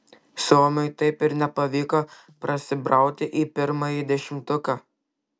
suomiui taip ir nepavyko prasibrauti į pirmąjį dešimtuką